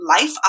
life